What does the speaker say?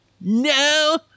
No